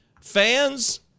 fans